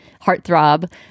heartthrob